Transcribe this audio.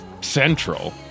central